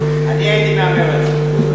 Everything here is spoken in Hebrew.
אני הייתי מהמר על זה.